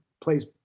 plays